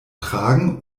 tragen